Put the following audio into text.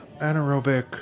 anaerobic